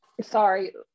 sorry